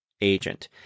agent